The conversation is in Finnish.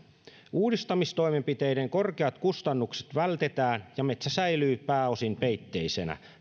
uudistamistoimenpiteiden korkeat kustannukset vältetään ja metsä säilyy pääosin peitteisenä